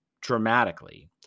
dramatically